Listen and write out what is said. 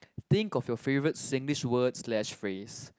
think of your favourite Singlish word slash phrase